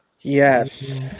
Yes